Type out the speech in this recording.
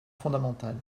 fondamentale